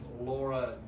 Laura